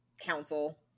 Council